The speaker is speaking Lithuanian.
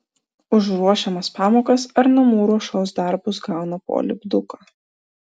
už ruošiamas pamokas ar namų ruošos darbus gauna po lipduką